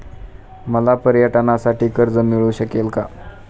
मला पर्यटनासाठी कर्ज मिळू शकेल का?